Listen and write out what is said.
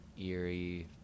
eerie